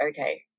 okay